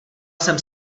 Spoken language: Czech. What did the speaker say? jsem